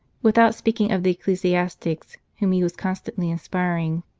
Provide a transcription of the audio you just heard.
without speaking of the ecclesiastics, whom he was constantly inspiring,